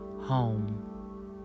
home